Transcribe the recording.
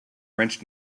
french